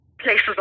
places